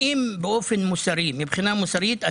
האם מוסרית,